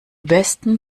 besten